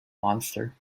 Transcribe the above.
monster